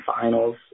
finals